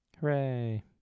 Hooray